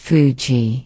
Fuji